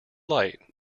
light